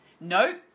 Nope